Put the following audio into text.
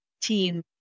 team